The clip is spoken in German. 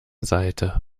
seite